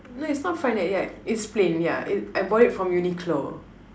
no it's not fright night ya it's plain yeah it I bought it from Uniqlo